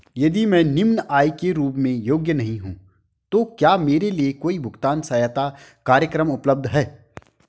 यदि मैं निम्न आय के रूप में योग्य नहीं हूँ तो क्या मेरे लिए कोई भुगतान सहायता कार्यक्रम उपलब्ध है?